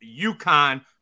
UConn